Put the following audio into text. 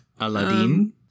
Aladdin